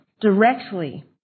directly